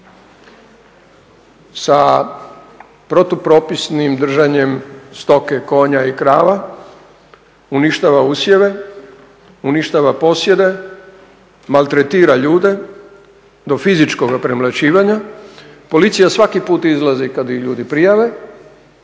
sa protupropisnim držanjem stoke, konja i krava, uništava usjeve, uništava posjede, maltretira ljude do fizičkoga premlaćivanja. Policija svaki put izlazi kad ih ljudi prijave,